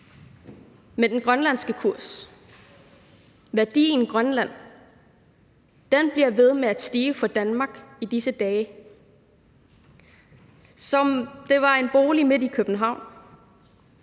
med den grønlandske kurs. Værdien Grønland bliver ved med at stige for Danmark i disse dage, som hvis det var en bolig midt i København.